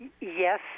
Yes